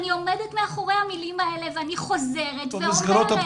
אני עומדת מאחורי המילים האלה ואני חוזרת ואומרת,